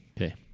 Okay